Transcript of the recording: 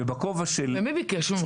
ובכובע של --- ומי ביקש ממך?